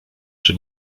czy